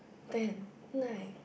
ten nine